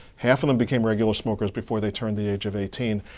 half of them became regular smokers before they turned the age of eighteen.